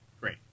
great